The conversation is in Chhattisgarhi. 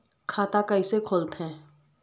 खाता कइसे खोलथें?